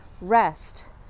Rest